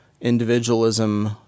individualism